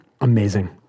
Amazing